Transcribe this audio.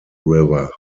river